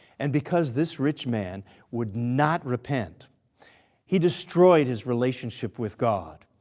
and because this rich man would not repent he destroyed his relationship with god.